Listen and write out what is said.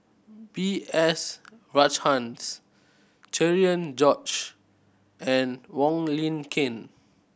B S Rajhans Cherian George and Wong Lin Ken